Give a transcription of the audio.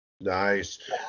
Nice